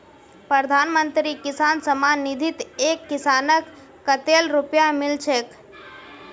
प्रधानमंत्री किसान सम्मान निधित एक किसानक कतेल रुपया मिल छेक